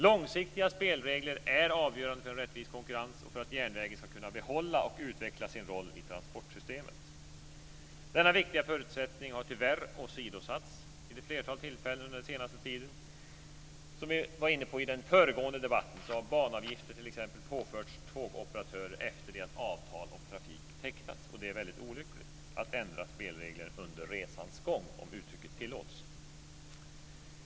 Långsiktiga spelregler är avgörande för en rättvis konkurrens och för att järnvägen ska kunna behålla och utveckla sin roll i transportsystemet. Denna viktiga förutsättning har tyvärr åsidosatts vid ett flertal tillfällen under den senaste tiden. Som vi var inne på i den föregående debatten har banavgifter t.ex. påförts tågoperatörer efter det att avtal om trafik tecknats. Det är väldigt olyckligt att ändra spelregler under resans gång, om uttrycket tillåts.